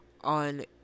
on